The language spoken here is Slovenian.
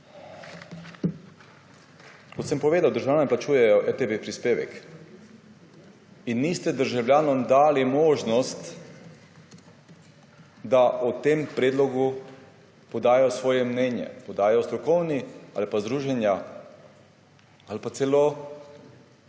Kot sem povedal, državljani plačujejo prispevek RTV in niste državljanom dali možnosti, da o tem predlogu podajo svoje mnenje, podajo mnenjazdruženja ali pa celo